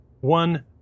one